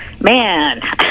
man